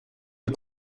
les